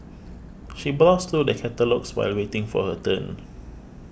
she browsed through the catalogues while waiting for her turn